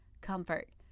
comfort